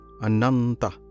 Ananta